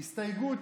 הסתייגות,